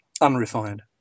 unrefined